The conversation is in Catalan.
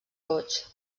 goigs